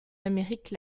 amérique